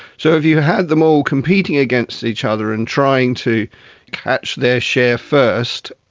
so if you had them all competing against each other and trying to catch their share first,